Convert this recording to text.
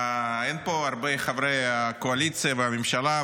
אין פה הרבה חברי קואליציה וממשלה,